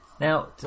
Now